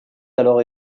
alors